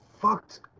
fucked